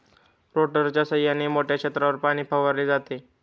रोटेटरच्या सहाय्याने मोठ्या क्षेत्रावर पाणी फवारले जाते